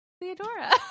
Theodora